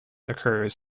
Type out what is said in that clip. occurs